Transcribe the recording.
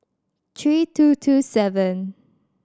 three two two seven